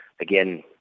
again